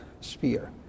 sphere